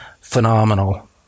phenomenal